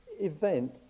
event